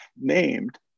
named